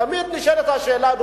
אדוני השר, תמיד נשאלת השאלה: